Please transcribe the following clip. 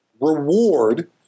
reward